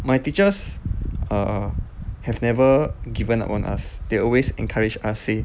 my teachers err have never given up on us they always encouraged us say